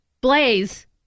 Blaze